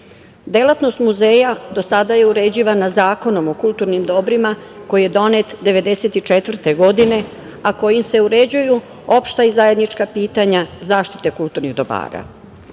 delatnost muzeja do sada je uređivana Zakonom o kulturnim dobrima koji je donet 1994. godine, a kojim se uređuje opšta i zajednička pitanja zaštite kulturnih dobara.